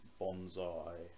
bonsai